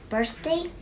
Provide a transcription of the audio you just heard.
Birthday